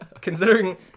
considering